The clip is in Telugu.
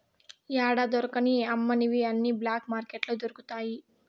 యాడా దొరకని అమ్మనివి అన్ని బ్లాక్ మార్కెట్లో దొరుకుతాయి